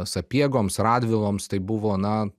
sapiegoms radviloms tai buvo na